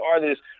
artists